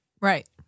Right